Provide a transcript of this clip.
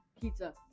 Pizza